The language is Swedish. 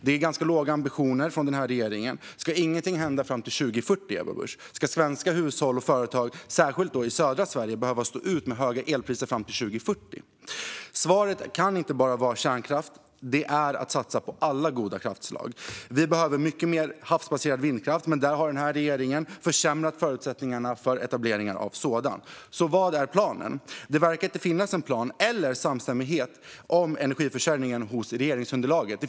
Det är ganska låga ambitioner från regeringen. Ska ingenting hända fram till 2040, Ebba Bush? Ska svenska hushåll och företag, särskilt i södra Sverige, behöva stå ut med höga elpriser fram till 2040? Svaret kan inte bara vara kärnkraft. Svaret är att satsa på alla goda kraftslag. Vi behöver mycket mer havsbaserad vindkraft, men där har den här regeringen försämrat förutsättningarna för etableringar av sådan. Så vad är planen? Det verkar inte finnas någon plan eller någon samstämmighet om energiförsörjningen hos regeringsunderlaget.